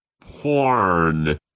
porn